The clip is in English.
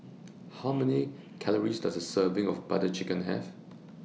How Many Calories Does A Serving of Butter Chicken Have